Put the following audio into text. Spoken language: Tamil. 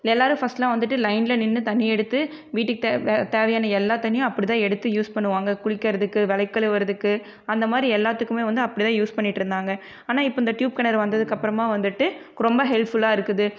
எல்லோரும் ஃபர்ஸ்ட்லாம் வந்துட்டு லைனில் நின்று தண்ணி எடுத்து வீட்டுக்கு தேவையான எல்லா தண்ணியும் அப்படி தான் எடுத்து யூஸ் பண்ணுவாங்க குளிக்கிறதுக்கு விளக்கி கழுவுகிறதுக்கு அந்த மாதிரி எல்லாத்துக்குமே வந்து அப்படி தான் யூஸ் பண்ணிட்டு இருந்தாங்க ஆனால் இப்போ இந்த டியூப் கிணறு வந்ததுக்கு அப்புறமா வந்துட்டு ரொம்ப ஹெல்ப்ஃபுல்லாக இருக்குது